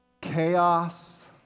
chaos